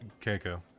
Keiko